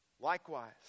Likewise